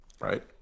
Right